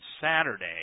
Saturday